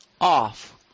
off